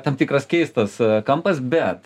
tam tikras keistas kampas bet